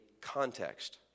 context